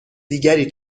دیگری